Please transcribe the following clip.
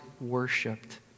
worshipped